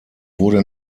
wurde